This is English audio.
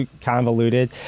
convoluted